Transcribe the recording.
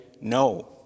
no